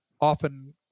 often